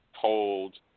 told